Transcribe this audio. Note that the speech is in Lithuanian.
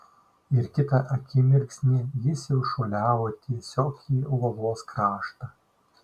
ir kitą akimirksnį jis jau šuoliavo tiesiog į uolos kraštą